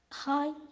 Hi